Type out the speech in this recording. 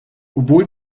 obwohl